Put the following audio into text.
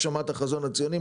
החזון הציוני.